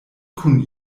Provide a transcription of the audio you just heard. kun